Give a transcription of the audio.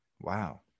Wow